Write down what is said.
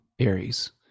Aries